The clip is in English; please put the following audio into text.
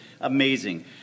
amazing